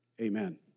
Amen